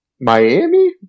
Miami